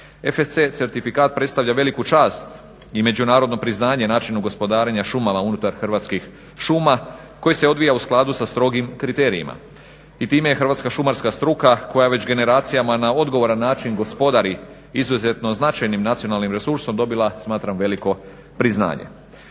fsc certifikat predstavlja veliku čast i međunarodno priznanje u načinu gospodarenja šumama unutar Hrvatskih šuma koje se odvija u skladu sa strogim kriterijima. I time je Hrvatska šumarska struka koja već generacijama na odgovoran način gospodari izuzetno značajnim nacionalnim resursom dobila smatram veliko priznanje.